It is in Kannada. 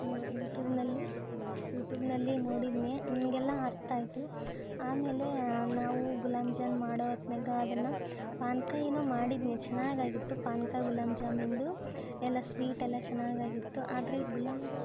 ಯು ಯುಟೂಬ್ನಲ್ಲಿ ಯುಟೂಬ್ನಲ್ಲಿ ನೋಡಿದ್ನ್ಯೆ ನನಗೆಲ್ಲ ಅರ್ಥ ಆಯಿತು ಆಮೇಲೆ ನಾವು ಗುಲಾಬ್ಜಾನ್ ಮಾಡೊ ಹೊತ್ನ್ಯಾಗ ಅದನ್ನು ಪಾಕ ಏನೋ ಮಾಡಿದ್ನಿ ಚೆನ್ನಾಗಿ ಆಗಿತ್ತು ಪಾಕ ಗುಲಾಮ್ ಜಾಮಿಂದ್ದು ಎಲ್ಲ ಸ್ವೀಟೆಲ್ಲ ಚೆನ್ನಾಗಾಗಿತ್ತು ಆದರೆ ಗುಲಾಬ್ ಜಾಮ್